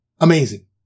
Amazing